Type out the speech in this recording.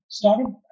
started